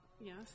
Yes